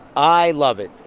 i love it.